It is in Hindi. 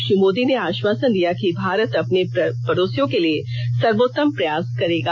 श्री मोदी ने आश्वासन दिया कि भारत अपने पड़ोसियों के लिए सर्वोत्तम प्रयास करेगा